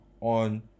on